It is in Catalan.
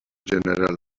general